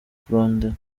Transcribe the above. kurondora